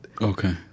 Okay